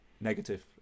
negative